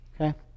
Okay